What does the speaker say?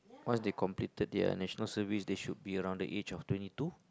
once they completed their National Service they should be around the age of twenty two